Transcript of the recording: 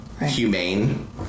Humane